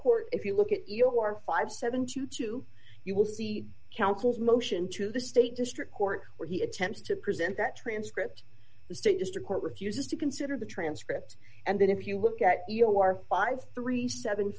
court if you look at your fifty seven to two you will see counsel's motion to the state district court where he attempts to present that transcript the state district court refuses to consider the transcript and then if you look at you know our five th